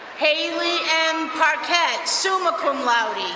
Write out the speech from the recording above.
haley m. parquette, summa cum laude.